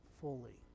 fully